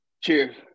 Cheers